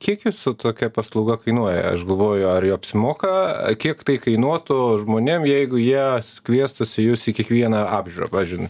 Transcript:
kiek jūsų tokia paslauga kainuoja aš galvoju ar apsimoka kiek tai kainuotų žmonėm jeigu jie kviestųsi jus į kiekvieną apžiūrą pavyzdžiui